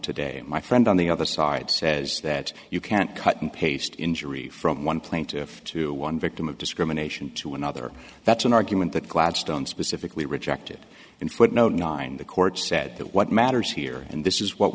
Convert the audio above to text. today my friend on the other side says that you can't cut and paste injury from one plaintiff to one victim of discrimination to another that's an argument that gladstone specifically rejected in footnote nine the court said that what matters here and this is what